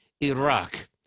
Iraq